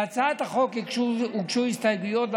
להצעת החוק הוגשו הסתייגויות,